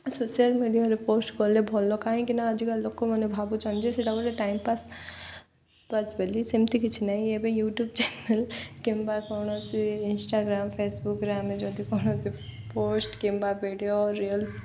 social ମିଡ଼ିଆରେ post କଲେ ଭଲ କାହିଁକି ନା ଆଜିକାଲି ଲୋକମାନେ ଭାବୁଛନ୍ତି ଯେ ସେଟା ଗୋଟେ ଟାଇମ୍ ପାସ୍ ପାସ୍ ବୋଲି ସେମିତି କିଛି ନାହିଁ ଏବେ ୟୁଟ୍ୟୁବ୍ ଚ୍ୟାନେଲ୍ କିମ୍ବା କୌଣସି ଇନଷ୍ଟାଗ୍ରାମ୍ ଫେସବୁକ୍ରେ ଆମେ ଯଦି କୌଣସି ପୋଷ୍ଟ କିମ୍ବା ଭିଡ଼ିଓ ରିଲ୍ସ